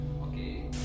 Okay